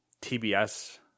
TBS